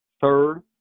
Third